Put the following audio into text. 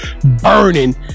burning